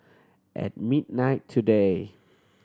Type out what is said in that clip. at midnight today